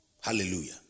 hallelujah